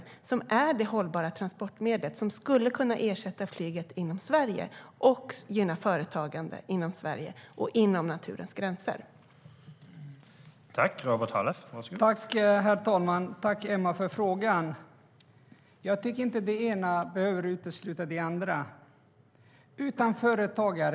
Järnvägen är det hållbara transportmedlet och det som skulle kunna ersätta flyget inom Sverige och gynna företagande inom Sverige och inom naturens gränser.